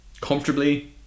comfortably